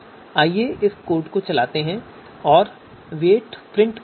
आइए इस कोड को चलाते हैं और वेट प्रिंट करते हैं